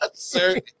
Sir